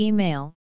Email